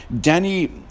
Danny